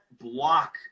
block